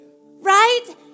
right